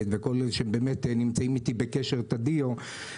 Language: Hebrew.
וכל אלה שבאמת נמצאים איתי בקשר תדיר,